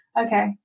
Okay